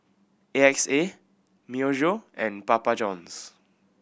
A X A Myojo and Papa Johns